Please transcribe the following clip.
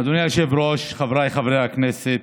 אדוני היושב-ראש, חבריי חברי הכנסת,